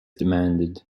demanded